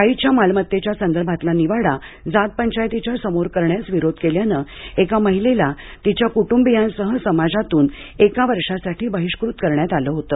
आईच्या मालमत्तेच्या संदर्भातला निवाडा जात पंचायतीच्या समोर करण्यास विरोध केल्यामुळे एका महिलेला तिच्या कुटुंबीयांसह समाजातून एका वर्षासाठी बहिष्कृत करण्यात आले होते